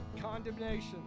condemnation